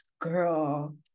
girl